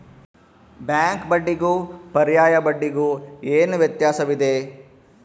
Bank ಬಡ್ಡಿಗೂ ಪರ್ಯಾಯ ಬಡ್ಡಿಗೆ ಏನು ವ್ಯತ್ಯಾಸವಿದೆ?